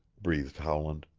breathed howland.